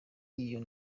iyo